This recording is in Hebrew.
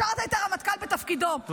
השארת את הרמטכ"ל בתפקידו.